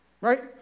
right